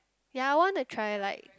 ya I want to try like